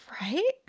Right